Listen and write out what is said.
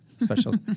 Special